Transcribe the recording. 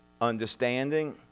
understanding